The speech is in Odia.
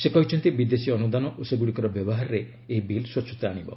ସେ କହିଛନ୍ତି ବିଦେଶୀ ଅନୁଦାନ ଓ ସେଗୁଡ଼ିକର ବ୍ୟବହାରରେ ଏହି ବିଲ୍ ସ୍ପଚ୍ଛତା ଆଶିବ